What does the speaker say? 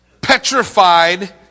petrified